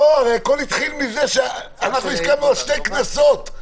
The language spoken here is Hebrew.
הרי הכול התחיל מזה שהסכמנו על שני קנסות.